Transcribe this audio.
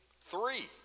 Three